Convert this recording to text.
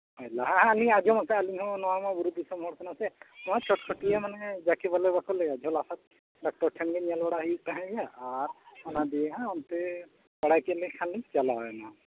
ᱞᱟᱦᱟ ᱦᱟᱸᱜᱞᱤᱧ ᱟᱸᱡᱚᱢ ᱟᱠᱟᱫᱟ ᱟᱹᱞᱤᱧᱦᱚᱸ ᱱᱚᱣᱟ ᱢᱟ ᱵᱩᱨᱩ ᱫᱤᱥᱚᱢ ᱦᱚᱨ ᱠᱟᱱᱟ ᱥᱮ ᱱᱚᱣᱟ ᱥᱚᱴᱠᱷᱟᱹᱴᱤᱭᱟᱹ ᱢᱟᱱᱮ ᱡᱟᱠᱮ ᱵᱚᱞᱮ ᱵᱟᱠᱚ ᱞᱟᱹᱭᱟ ᱡᱷᱚᱞᱟ ᱥᱟᱵ ᱰᱟᱠᱛᱟᱨ ᱴᱷᱮᱱᱜᱮ ᱧᱮᱞ ᱵᱟᱲᱟ ᱦᱩᱭᱩᱜᱠᱟᱱ ᱛᱟᱦᱮᱸᱫ ᱜᱮᱭᱟ ᱟᱨ ᱚᱱᱟ ᱫᱤᱭᱮ ᱦᱟᱸᱜ ᱦᱟᱱᱛᱮ ᱵᱟᱲᱟᱠᱮᱫ ᱠᱷᱟᱱᱞᱤᱧ ᱪᱟᱞᱟᱣᱮᱱᱟ